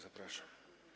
Zapraszam.